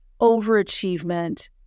Overachievement